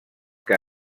que